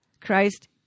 Christ